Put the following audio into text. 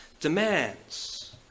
demands